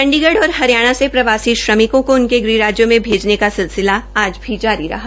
चंडीगढ़ और हरियाणा से प्रवासी श्रमिकों को उनके गृह राज्यों में भेजने का सिलसिला आज भी जारी रहा